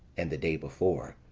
and the day before.